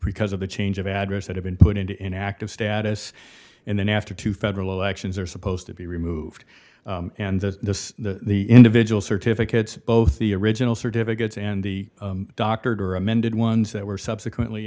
because of the change of address that have been put into inactive status and then after two federal elections are supposed to be removed and the individual certificates both the original certificates and the doctored or amended ones that were subsequently